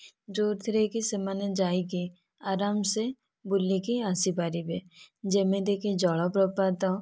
ଯେଉଁଥିରେ କି ସେମାନେ ଯାଇକି ଆରମ୍ ସେ ବୁଲିକି ଆସି ପାରିବେ ଯେମିତିକି ଜଳ ପ୍ରପାତ